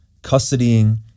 custodying